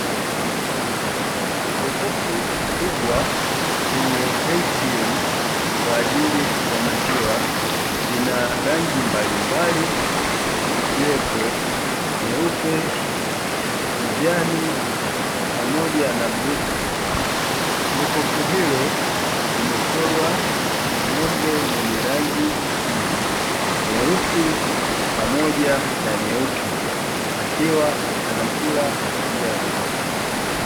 Jokofu kubwa lenye "ATM" kwa ajili ya maziwa lina rangi mbalimbali ikiwepo: nyeupe, kijani pamoja na bluu. Jokofu hilo limechorwa ng'ombe mwenye rangi mbili (nyeusi pamoja na nyeupe) akiwa anakula majani.